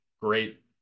Great